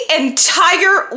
entire